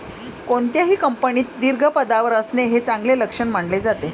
कोणत्याही कंपनीत दीर्घ पदावर असणे हे चांगले लक्षण मानले जाते